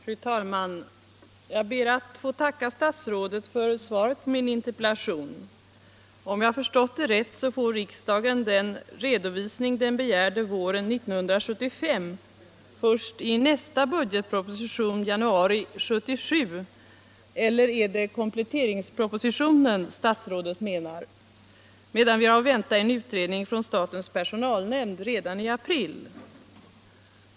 Fru talman! Jag ber att få tacka statsrådet för svaret på min interpellation. Om jag förstått det rätt, får riksdagen den redovisning den begärde på våren 1975 först i nästa budgetproposition, i januari 1977 —- eller är det kompletteringspropositionen statsrådet menar? — medan vi har att vänta en utredning från statens personalnämnd redan i april.